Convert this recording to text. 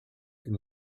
can